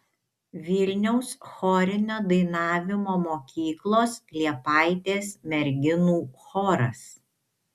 vilniaus chorinio dainavimo mokyklos liepaitės merginų choras